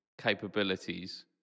capabilities